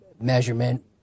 measurement